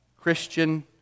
Christian